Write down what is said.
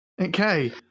Okay